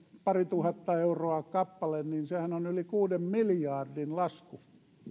parituhatta euroa kappale niin sehän on yli kuuden miljardin lasku